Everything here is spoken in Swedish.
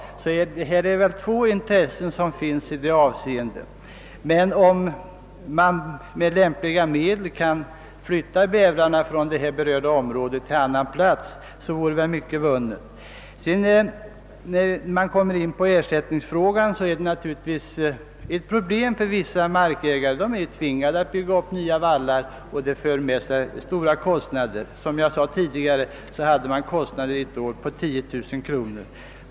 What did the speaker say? Här står alltså två intressen mot varandra. Om man emellertid med lämpliga medel kunde flytta bävrarna till någon annan trakt så vore mycket vunnet. I ekonomiskt avseende får vissa markägare stora problem. De tvingas bygga upp nya vallar, vilket för med sig stora kostnader. Som jag nämnde, hade man ett år kostnader på 10 000 kronor.